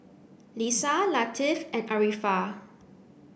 Lisa Latif and Arifa